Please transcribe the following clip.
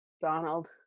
donald